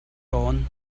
tawn